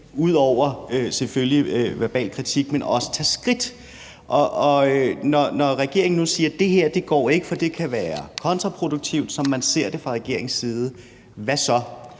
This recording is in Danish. ud over selvfølgelig verbal kritik – i forhold til også at tage skridt. Og når regeringen nu siger, at det her ikke går, fordi det kan være kontraproduktivt, som man ser det fra regeringens side, hvad så?